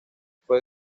fue